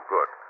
Good